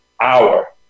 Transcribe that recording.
hour